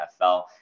NFL